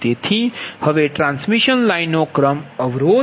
તેથી હવે ટ્રાન્સમિશન લાઇનનો ક્રમ અવરોધ